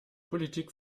politik